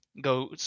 go